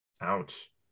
Ouch